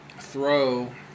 throw